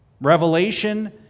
Revelation